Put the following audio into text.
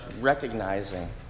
recognizing